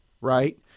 right